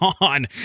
on